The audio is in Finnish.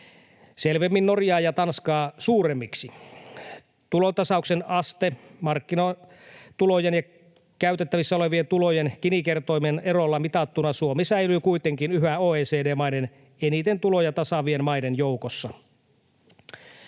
selvemmin Norjaa ja Tanskaa suuremmiksi. Tulontasauksen asteella, markkinatulojen ja käytettävissä olevien tulojen Gini-kertoimien erolla mitattuna Suomi säilyy kuitenkin yhä OECD-maiden eniten tuloja tasaavien maiden joukossa.